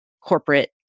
corporate